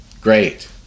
Great